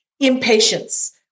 impatience